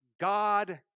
God